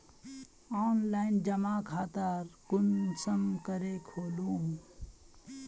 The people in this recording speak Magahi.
ऑनलाइन जमा खाता कुंसम करे खोलूम?